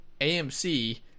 AMC